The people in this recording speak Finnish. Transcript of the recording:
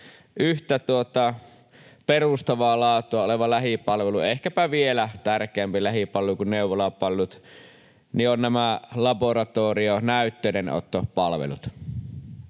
yhtä perustavaa laatua oleva lähipalvelu, ehkäpä vielä tärkeämpi lähipalvelu kuin neuvolapalvelut, ovat nämä laboratorionäytteidenottopalvelut.